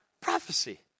Prophecy